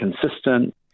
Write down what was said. consistent